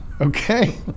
Okay